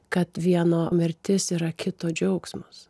kad vieno mirtis yra kito džiaugsmas